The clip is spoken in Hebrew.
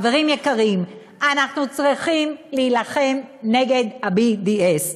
חברים יקרים, אנחנו צריכים להילחם נגד ה-BDS,